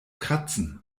kratzen